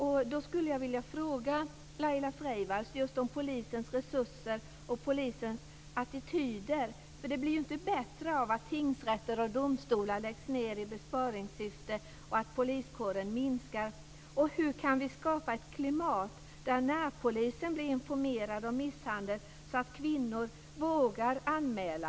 Jag skulle vilja fråga Laila Freivalds om polisens resurser och polisens attityder. Det blir inte bättre av att tingsrätter och domstolar läggs ned i besparingssyfte och att poliskåren minskar. Hur kan vi skapa ett klimat där närpolisen blir informerad om misshandel så att kvinnor vågar anmäla?